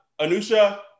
Anusha